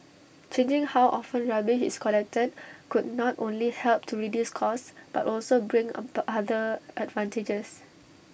changing how often rubbish is collected could not only help to reduce costs but also bring other advantages